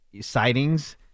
sightings